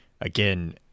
again